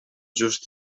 just